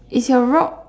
is your rock